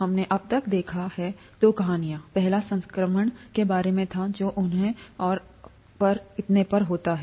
हमने अब तक देखा है दो कहानियां पहला संक्रमण के बारे में था जो उन्हें और इतने पर होता है